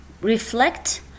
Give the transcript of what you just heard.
Reflect